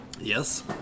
Yes